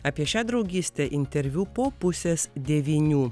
apie šią draugystę interviu po pusės devynių